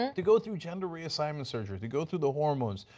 and to go through gender reassignment surgery, to go through the hormones,